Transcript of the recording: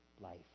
life